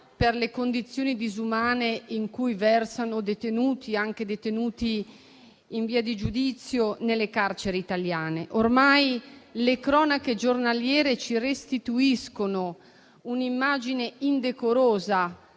per le condizioni disumane in cui versano i detenuti, anche detenuti in via di giudizio, nelle carceri italiane. Ormai le cronache giornaliere ci restituiscono un'immagine indecorosa